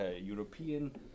European